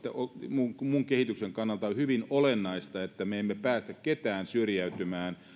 muun kehityksen kannalta on hyvin olennaista että me emme päästä ketään syrjäytymään